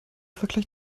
vergleich